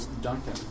Duncan